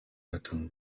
written